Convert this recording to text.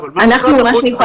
אבל מה משרד החוץ מיכל,